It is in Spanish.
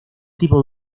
tipo